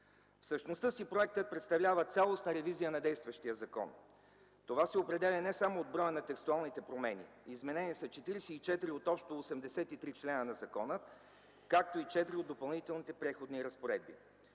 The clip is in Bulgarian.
В същността си проектът представлява цялостна ревизия на действащия закон. Това се определя не само от броя на текстуалните промени. Изменени са 44 от общо 83 члена на закона, както и четири от Допълнителните преходни разпоредби.